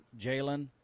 Jalen